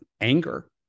anger